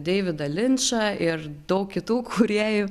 deividą linčą ir daug kitų kūrėjų